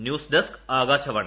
news desk Akashvani